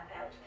out